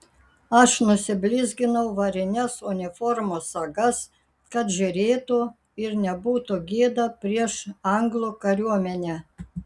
aš nusiblizginau varines uniformos sagas kad žėrėtų ir nebūtų gėda prieš anglų kariuomenę